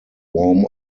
warm